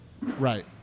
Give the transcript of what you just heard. Right